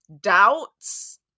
doubts